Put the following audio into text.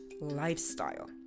lifestyle